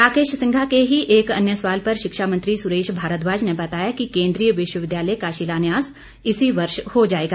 राकेश सिंघा के ही एक अन्य सवाल पर शिक्षा मंत्री सुरेश भारद्वाज ने बताया कि केन्द्रीय विश्वविद्यालय का शिलान्यास इसी वर्ष हो जाएगा